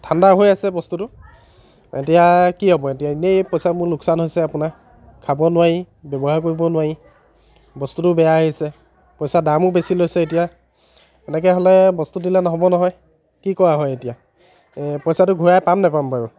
ঠাণ্ডা হৈ আছে বস্তুটো এতিয়া কি হ'ব এতিয়া ইনেই পইচা মোৰ লোকচান হৈছে আপোনাৰ খাব নোৱাৰি ব্যৱহাৰ কৰিব নোৱাৰি বস্তুটো বেয়া আহিছে পইচা দামো বেছি লৈছে এতিয়া এনেকৈ হ'লে বস্তু দিলে ন'হব নহয় কি কৰা হয় এতিয়া পইচাটো ঘূৰাই পাম নাপাম বাৰু